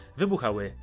wybuchały